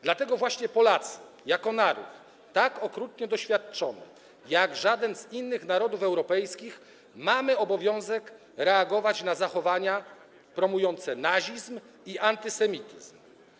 Dlatego właśnie Polacy - jako naród tak okrutnie doświadczony jak żaden z innych narodów europejskich - mają obowiązek reagować na zachowania promujące nazizm i antysemityzm.